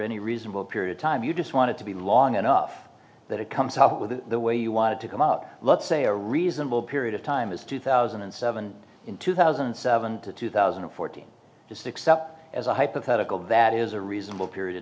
any reasonable period of time you just want to be long enough that it comes up with the way you wanted to come up let's say a reasonable period of time is two thousand and seven in two thousand and seven to two thousand and fourteen to six up as a hypothetical that is a reasonable period of